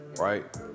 right